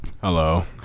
hello